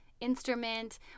instrument